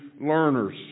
Learners